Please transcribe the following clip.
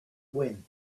when